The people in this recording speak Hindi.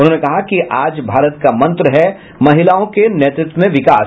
उन्होंने कहा कि आज भारत का मंत्र है महिलाओं के नेतृत्व में विकास